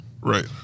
Right